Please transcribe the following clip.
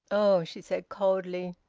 oh! she said coldly,